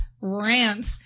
Rants